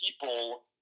people